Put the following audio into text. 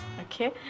Okay